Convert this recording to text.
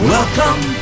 Welcome